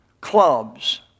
clubs